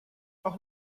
auch